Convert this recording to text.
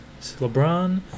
LeBron